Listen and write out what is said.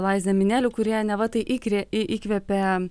laizeminelių kurie neva tai įkrė į įkvepia